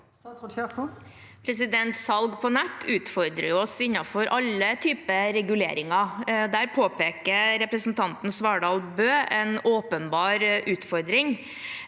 Salg på nett ut- fordrer oss innenfor alle typer reguleringer. Der påpeker representanten Svardal Bøe en åpenbar utfordring.